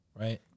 right